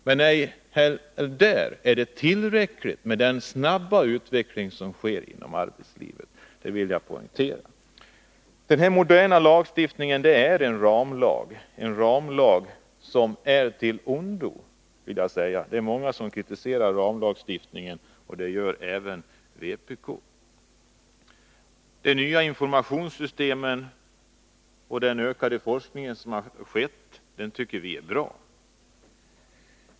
Men ej heller där är det tillräckligt, med tanke på den snabba utveckling som sker inom arbetslivet. Det vill jag poängtera. Den här moderna lagstiftningen är en ramlag, som är av ondo. Det är många som kritiserar ramlagstiftningen, och det gör även vpk. De nya informationssystemen och den ökade forskning som skett tycker vi är bra.